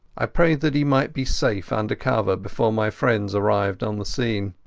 i prayed that he might be safe under cover before my friends arrived on the scene.